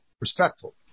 respectful